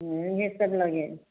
ये सब लगेगा